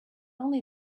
only